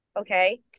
okay